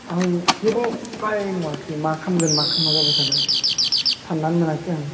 आं जेबो उफाय नुआखै मा खालामगोन मा खालामा जाबाय थादों सान्नानै मोनाखै आं